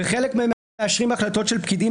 בחלק מהן הם מאשרים החלטות של פקידים